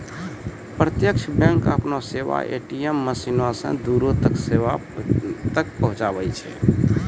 प्रत्यक्ष बैंक अपनो सेबा ए.टी.एम मशीनो से दूरो तक पहुचाबै छै